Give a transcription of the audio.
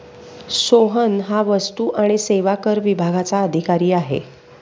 सोहन हा वस्तू आणि सेवा कर विभागाचा अधिकारी आहे